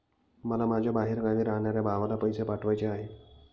मला माझ्या बाहेरगावी राहणाऱ्या भावाला पैसे पाठवायचे आहे